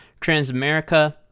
Transamerica